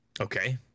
okay